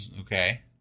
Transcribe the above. okay